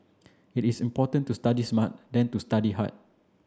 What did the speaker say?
it is important to study smart than to study hard